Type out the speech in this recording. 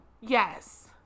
yes